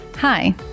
Hi